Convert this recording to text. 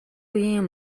үеийн